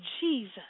Jesus